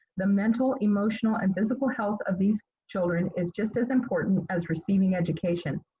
the mental, emotional, and physical health of these children is just as important as receiving education.